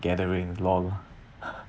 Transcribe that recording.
gathering lol